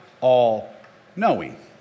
all-knowing